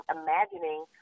imagining